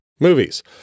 Movies